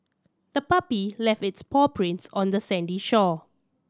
the puppy left its paw prints on the sandy shore